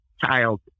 child